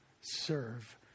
serve